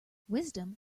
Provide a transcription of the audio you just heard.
wisdom